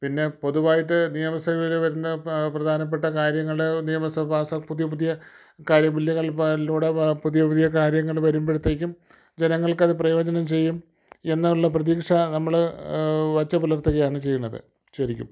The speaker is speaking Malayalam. പിന്നെ പൊതുവായിട്ട് നിയമസഭയിൽ വരുന്ന പ്രധാനപ്പെട്ട കാര്യങ്ങൾ നിയമസഭ പുതിയ പുതിയ കാര്യ ബില്ലുകളിലൂടെ പുതിയ പുതിയ കാര്യങ്ങൾ വരുമ്പോഴത്തേക്കും ജനങ്ങൾക്ക് അത് പ്രയോജനം ചെയ്യും എന്നുള്ള പ്രതീക്ഷ നമ്മൾ വച്ച് പുലർത്തുകയാണ് ചെയ്യുന്നത് ശരിക്കും